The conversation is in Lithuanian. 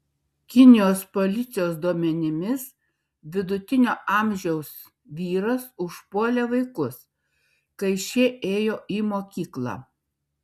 kinijos policijos duomenimis vidutinio amžiaus vyras užpuolė vaikus kai šie ėjo į mokyklą